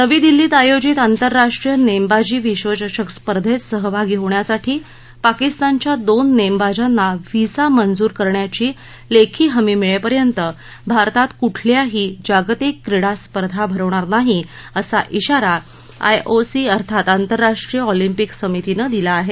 नवी दिल्लीत आयोजित आंतरराष्ट्रीय नेमबाजी विश्वचषक स्पर्धेत सहभागी होण्यासाठी पाकिस्तानच्या दोन नेमबाजांना व्हिसा मंजूर करण्याची लेखी हमी मिळेपर्यंत भारतात कुठल्याही जागतिक क्रीडा स्पर्धा भरवणार नाही असा विारा आय ओ सी अर्थात आंतरराष्ट्रीय ऑलिम्पिक समितीनं दिला आहे